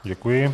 Děkuji.